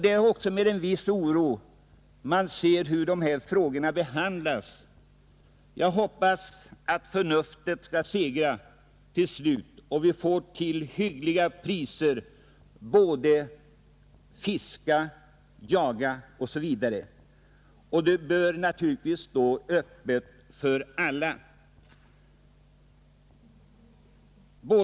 Det är med en viss oro man ser hur dessa frågor behandlas. Jag hoppas att förnuftet skall segra till slut och vi till hyggliga priser får både fiska och jaga, och det bör naturligtvis gälla för alla.